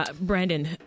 Brandon